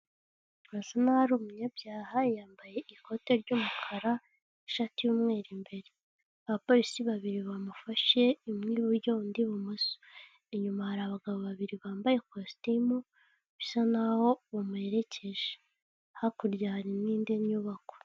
Birasa n'aho ari umunyabyaha yambaye ikote ry'umukara n'ishati y'umweru imbere, abapolisi babiri bamufashe umwe iburyo undi ibumoso, inyuma hari abagabo babiri bambaye kositimu bisa naho bamuherekeje, hakurya hari n'indi nyubako.